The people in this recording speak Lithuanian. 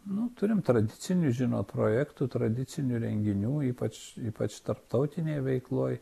nu turim tradicinių žinot projektų tradicinių renginių ypač ypač tarptautinėj veikloj